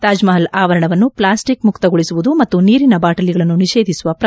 ತಾಜ್ಮಪಲ್ ಆವರಣವನ್ನು ಪ್ಲಾಸ್ಟಿಕ್ ಮುಕ್ತಗೊಳಿಸುವುದು ಮತ್ತು ನೀರಿನ ಬಾಟಲಿಗಳನ್ನು ನಿಷೇಧಿಸುವ ಪ್ರಸ್ತಾಪ